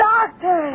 Doctor